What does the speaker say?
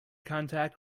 contact